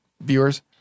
viewers